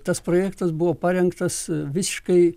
tas projektas buvo parengtas visiškai